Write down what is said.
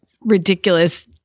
ridiculous